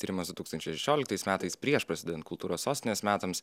tyrimas du tūkstančiai šešioliktais metais prieš prasidedant kultūros sostinės metams